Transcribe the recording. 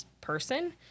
person